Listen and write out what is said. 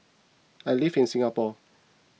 I live in Singapore